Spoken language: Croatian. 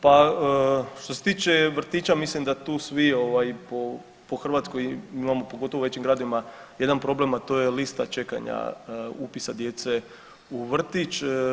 Pa što se tiče vrtića mislim da tu svi po Hrvatskoj, pogotovo po većim gradovima jedan problem, a to je lista čekanja upisa djece u vrtić.